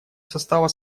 состава